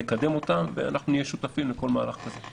לקדם אותם ואנחנו נהיה שותפים לכל מהלך כזה.